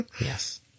Yes